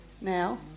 Now